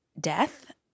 death